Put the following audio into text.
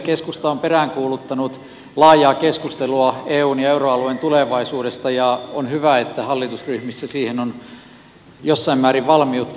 keskusta on peräänkuuluttanut laajaa keskustelua eun ja euroalueen tulevaisuudesta ja on hyvä että hallitusryhmissä siihen on jossain määrin valmiutta